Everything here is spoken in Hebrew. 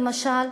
למשל,